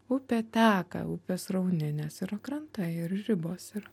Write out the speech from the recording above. upė teka upė srauni nes yra krantai ir ribos yra